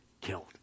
killed